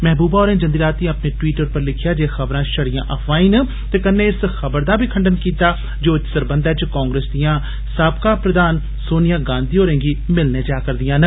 महबूबा होरें जन्दी राती अपने ट्वीट पर लिखेया जे एह् खबरां शड़ियां अफवाई न ते कन्ने इस खबर दा बी खंडन कीता जे ओह् इत सरबंधै च कांग्रेस दियां साबका प्रधान सोनिया गांधी होरें गी मिलने जा'रदियां न